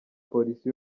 polisi